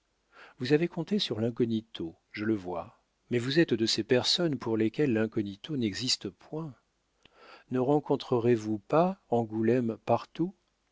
vous avez compté sur l'incognito je le vois mais vous êtes de ces personnes pour lesquelles l'incognito n'existe point ne rencontrerez vous pas angoulême partout